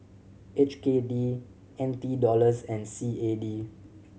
H K D N T Dollars and C A D